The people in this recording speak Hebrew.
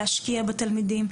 להשקיע בתלמידים,